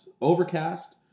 Overcast